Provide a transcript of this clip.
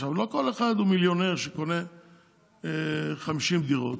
עכשיו, לא כל אחד הוא מיליונר שקונה 50 דירות,